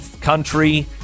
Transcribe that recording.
country